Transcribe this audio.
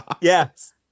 Yes